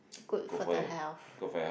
good for the health